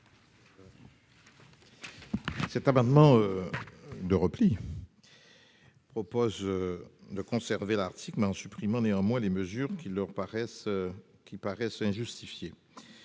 Cet amendement de repli vise à conserver cet article, en supprimant néanmoins les mesures qui paraissent injustifiées